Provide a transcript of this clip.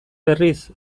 berriz